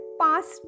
past